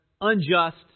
unjust